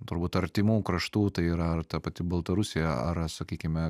turbūt artimų kraštų tai yra ar ta pati baltarusija ar sakykime